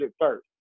first